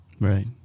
Right